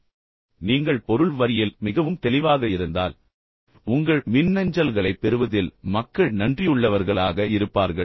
எனவே நீங்கள் பொருள் வரியில் மிகவும் தெளிவாக இருந்தால் உங்கள் மின்னஞ்சல்களைப் பெறுவதில் மக்கள் உங்களுக்கு மிகவும் நன்றியுள்ளவர்களாக இருப்பார்கள்